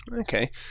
Okay